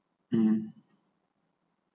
um